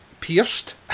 pierced